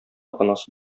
анасы